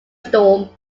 storm